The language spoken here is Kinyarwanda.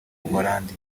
buhorandi